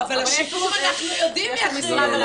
אבל על השיקום אנחנו יודעים מי אחראי,